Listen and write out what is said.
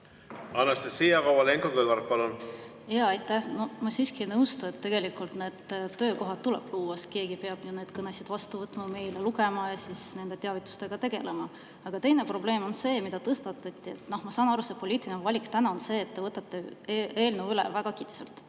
Anastassia Kovalenko-Kõlvart, palun! Jaa, aitäh! Ma siiski ei nõustu. Tegelikult need töökohad tuleb luua, sest keegi peab neid kõnesid vastu võtma, meile lugema ja siis nende sisu teavitusega tegelema. Aga teine probleem on see, mis juba tõstatati. Noh, ma saan aru, et poliitiline valik täna on see, et te võtate eelnõu väga kitsalt